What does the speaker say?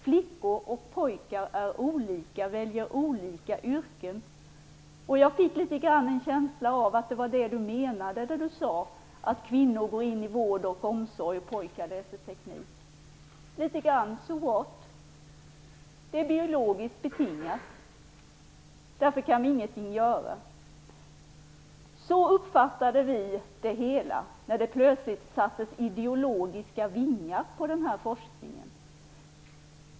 Flickor och pojkar är olika och väljer olika yrken. Jag fick en viss känsla av att Majléne Westerlund Panke, när hon sade att kvinnor går in i vård och omsorg och att pojkar läser teknik litet grand ville säga so what? Det här är biologiskt betingat. Därför kan vi inte göra någonting. Så uppfattade vi det hela när man plötsligt satte vingar på den här forskningen.